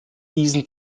diesen